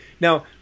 Now